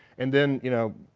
and then, you know,